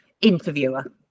interviewer